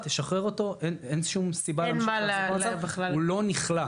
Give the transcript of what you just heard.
מה זאת אומרת?